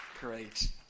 great